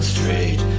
Street